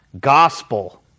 gospel